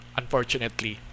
unfortunately